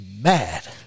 mad